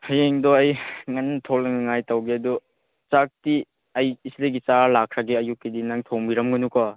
ꯍꯌꯦꯡꯗꯣ ꯑꯩ ꯉꯟꯅ ꯊꯣꯛꯂꯛꯅꯤꯉꯥꯏ ꯇꯧꯒꯦ ꯑꯗꯣ ꯆꯥꯛꯇꯤ ꯑꯩ ꯑꯁꯤꯗꯒꯤ ꯆꯥꯔ ꯂꯥꯛꯈ꯭ꯔꯒꯦ ꯑꯌꯨꯛꯀꯤꯗꯤ ꯅꯪ ꯊꯣꯡꯕꯤꯔꯝꯒꯅꯨꯀꯣ